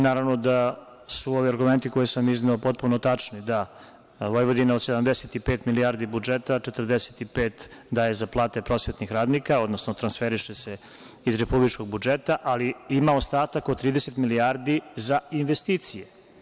Naravno da su ovi argumenti koje sam izneo potpuno tačni, da Vojvodina od 75 milijardi budžeta, 45 daje za plate prosvetnih radnika, odnosno transferiše se iz republičkog budžeta, ali ima ostatak od 30 milijardi za investicije.